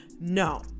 No